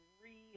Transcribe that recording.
three